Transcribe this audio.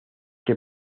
que